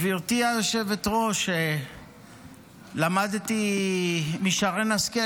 גברתי היושבת-ראש, למדתי משרן השכל